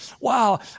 Wow